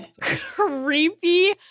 creepy